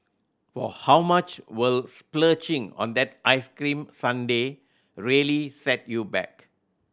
for how much will splurging on that ice cream sundae really set you back